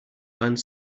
line